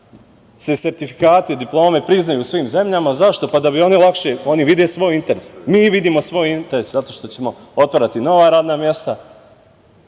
sertifikati, diplome priznaju u svim zemljama. Zašto? Da bi oni lakše, oni vide svoj interes, mi vidimo svoj interes zato što ćemo otvarati nova radna mesta